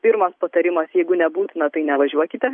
pirmas patarimas jeigu nebūtina tai nevažiuokite